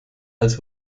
als